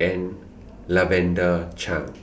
and Lavender Chang